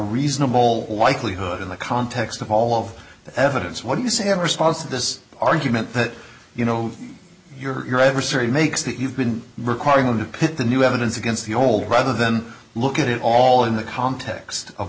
reasonable likelihood in the context of all of the evidence what do you say have a response to this argument that you know your your adversary makes that you've been requiring them to pit the new evidence against the old rather than look at it all in the context of